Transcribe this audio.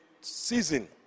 season